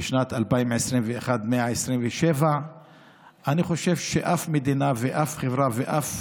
בשנת 2021, 127. אני חושב שאף מדינה ואף חברה ואף